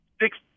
Six